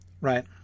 right